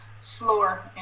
slower